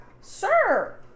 sir